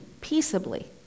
peaceably